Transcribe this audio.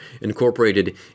incorporated